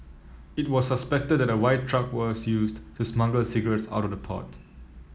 it was suspected that a white truck was used to smuggle the cigarettes out of the port